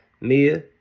Mia